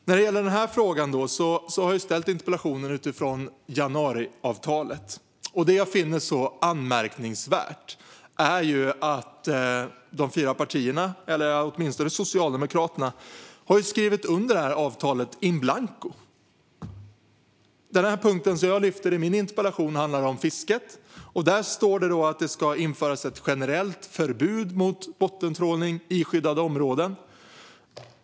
När det gäller denna fråga har jag ställt interpellationen utifrån januariavtalet. Det jag finner så anmärkningsvärt är att de fyra partierna - eller åtminstone Socialdemokraterna - har skrivit under avtalet in blanco. Den punkt som jag lyfte upp i min interpellation handlade om fisket. Där står det att det ska införas ett generellt förbud mot bottentrålning i skyddade områden.